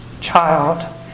child